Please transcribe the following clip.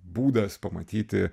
būdas pamatyti